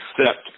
accept